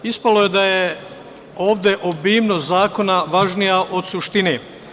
Ispalo je da je ovde obimnost zakona važnija od suštine.